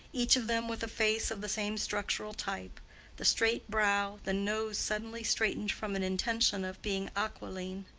each of them with a face of the same structural type the straight brow, the nose suddenly straightened from an intention of being aquiline,